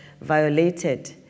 violated